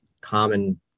common